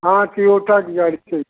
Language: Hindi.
हाँ टियोटा की गाड़ी चहि